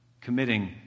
committing